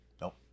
Nope